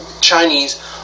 Chinese